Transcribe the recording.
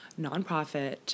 nonprofit